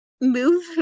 move